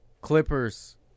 Clippers